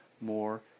more